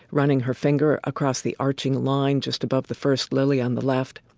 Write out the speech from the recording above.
running her finger across the arching line just above the first lily on the left.